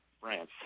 France